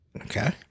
Okay